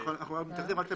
נכון לעכשיו לפי